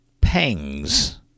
pangs